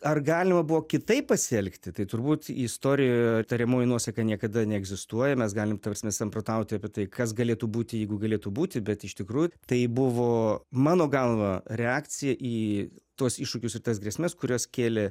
ar galima buvo kitaip pasielgti tai turbūt istorijoje tariamoji nuosaka niekada neegzistuoja mes galim ta prasme samprotauti apie tai kas galėtų būti jeigu galėtų būti bet iš tikrųjų tai buvo mano galva reakcija į tuos iššūkius ir į tas grėsmes kurias kėlė